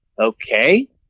okay